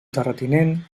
terratinent